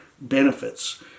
benefits